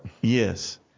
Yes